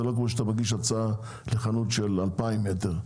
זה לא כמו שאתה מגיש הצעה לחנות של 2000 מטר,